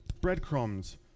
breadcrumbs